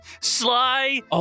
sly